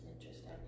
interesting